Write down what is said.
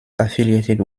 affiliated